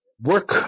work